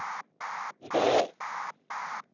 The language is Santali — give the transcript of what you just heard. ᱨᱮ